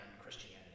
Christianity